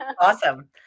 Awesome